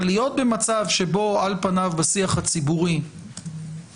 אבל להיות במצב שבו על פניו בשיח הציבורי יש